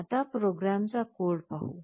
आता प्रोग्रॅम चा कोडे पाहू